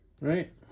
right